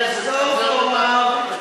אני אחזור ואומר,